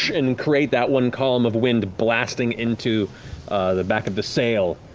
and create that one column of wind blasting into the back of the sail,